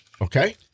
Okay